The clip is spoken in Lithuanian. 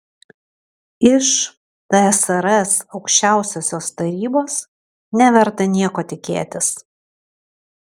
iš tsrs aukščiausiosios tarybos neverta nieko tikėtis